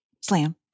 slam